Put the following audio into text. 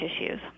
issues